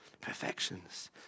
perfections